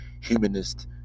humanist